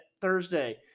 Thursday